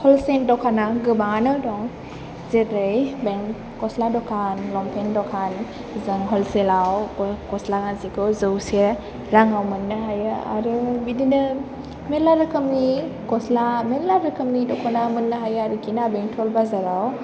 wholesale दखाना गोबाङानो दं जेरै बें गस्ला दखान लंफेन दखान जों हलसेलाव बे गस्ला गांसेखौ जौसे राङाव मोन्नो हायो आरो बिदिनो मेरला रोखोमनि गस्ला मेरला रोखोमनि दख'ना मोन्नो हायो आरोखि ना बेंटल बाजाराव